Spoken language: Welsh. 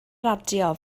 radio